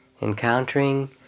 Encountering